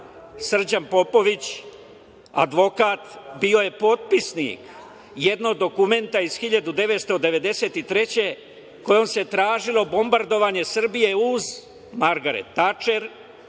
Srđan Popović, advokat, bio je potpisnik jednog dokumenta iz 1993. godine, kojom se tražilo bombardovanje Srbije uz Margaret Tačer,